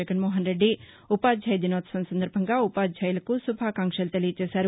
జగన్మోహన్రెడ్డి ఉపాధ్యాయ దినోత్సవం సందర్భంగా ఉపాధ్యులకు శుభాకాంక్షలు తెలియచేశారు